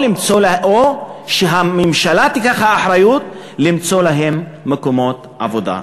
או שהממשלה תיקח אחריות למצוא להם מקומות עבודה.